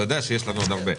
אתה יודע שיש לנו עוד הרבה.